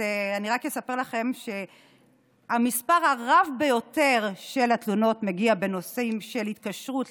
אני רק אספר לכם שהמספר הרב ביותר של התלונות מגיע בנושאים של התקשרות